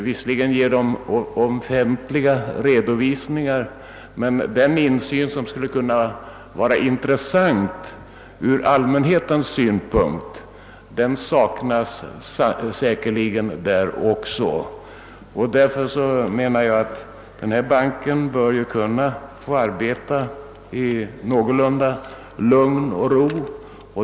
Visserligen ger dessa banker offentliga redovisningar, men den insyn som skulle kunna vara intressant ur allmänhetens synpunkt saknas säkerligen också där. Därför bör Sveriges investeringsbank kunna få arbeta i någorlunda lugn och ro.